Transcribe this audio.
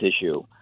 issue